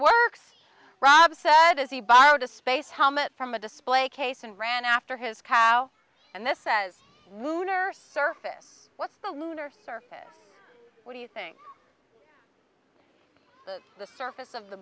works rob said as he borrowed a space helmet from a display case and ran after his cow and this says lunar surface what's the lunar surface what do you think the surface of the